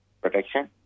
protection